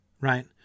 right